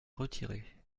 retirer